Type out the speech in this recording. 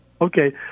Okay